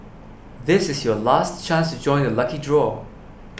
this is your last chance to join the lucky draw